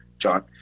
John